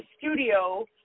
studio